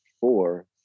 four